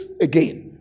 again